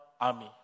army